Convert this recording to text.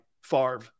Favre